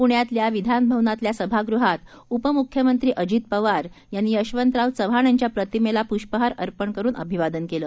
पुण्यातल्या विधान भवनातील सभागृहात उपमुख्यमंत्री अजित पवार यांनी यशवंतराव चव्हाण यांच्या प्रतिमेला पुष्पहार अर्पण करून अभिवादन केलं